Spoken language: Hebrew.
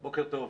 בוקר טוב,